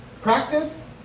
practice